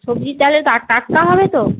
সবজি তাহলে টাটকা হবে তো